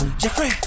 Jeffrey